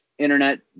internet